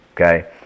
Okay